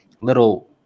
little